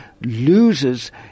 loses